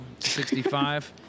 65